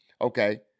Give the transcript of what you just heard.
okay